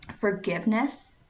Forgiveness